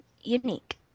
Unique